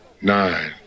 Nine